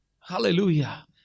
Hallelujah